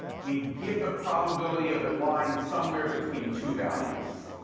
we give the probability of it lying somewhere between two values.